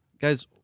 guys